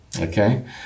okay